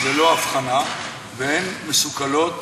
ללא הבחנה, והן מסוכלות